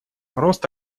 рост